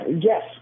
Yes